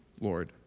Lord